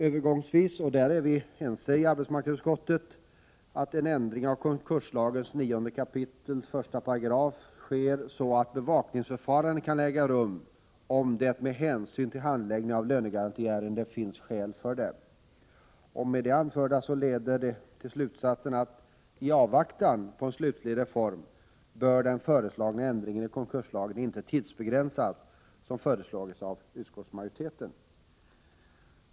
Övergångsvis bör — därom är vi ense i arbetsmarknadsutskottet — en ändring av konkurslagens 9 kap. 1 § ske så att bevakningsförfarande kan äga rum om det med hänsyn till handläggning av lönegarantiärenden finns skäl för det. Det anförda leder till slutsatsen att, i avvaktan på en slutlig reform, den föreslagna ändringen i konkurslagen inte bör tidsbegränsas, som föreslagits av utskottsmajoriteten.